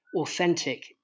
authentic